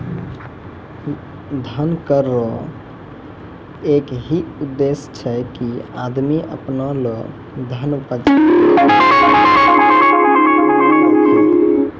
धन कर रो एक ही उद्देस छै की आदमी अपना लो धन बचाय के नै राखै